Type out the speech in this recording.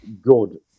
good